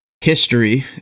history